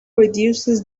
reduces